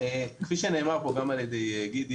כפי שנאמר פה גם על ידי גידי,